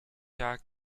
jahr